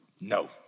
no